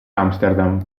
amsterdam